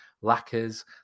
lacquers